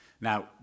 Now